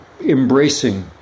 embracing